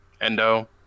endo